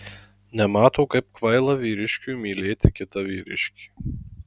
nemato kaip kvaila vyriškiui mylėti kitą vyriškį